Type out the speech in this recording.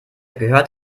gehört